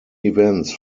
events